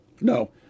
No